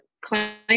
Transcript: client